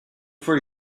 for